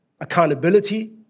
accountability